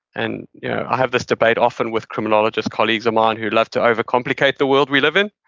and yeah i have this debate often with criminologist colleagues of mine who love to over complicate the world we live in,